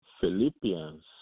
Philippians